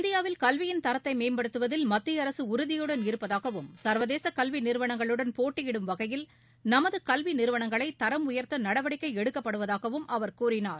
இந்தியாவில் கல்வியின் தரத்தை மேம்படுத்துவதில் மத்திய அரசு உறுதியுடன் இருப்பதாகவும் சர்வதேச கல்வி நிறுவனங்களுடன் போட்டியிடும் வகையில் நமது கல்வி நிறுவனங்களை தரம் உயர்த்த நடவடிக்கை எடுக்கப்படுவதாகவும் அவர் கூறினார்